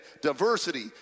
diversity